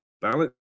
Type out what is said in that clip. balance